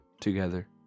together